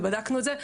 ובדקנו את זה,